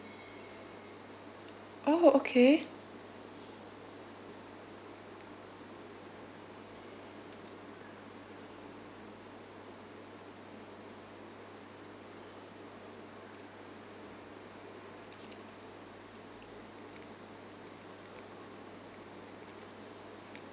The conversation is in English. oh okay